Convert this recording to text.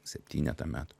septynetą metų